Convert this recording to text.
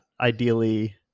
ideally